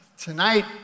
Tonight